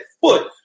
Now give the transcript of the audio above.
foot